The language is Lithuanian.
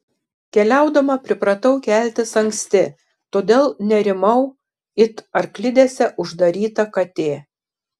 keliaudama pripratau keltis anksti todėl nerimau it arklidėse uždaryta katė